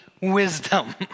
wisdom